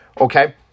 Okay